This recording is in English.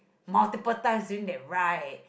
multiple times still didn't right